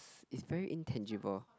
is very intangible